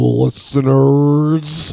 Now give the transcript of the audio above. listeners